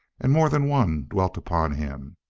and more than one dwelt upon him.